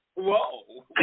whoa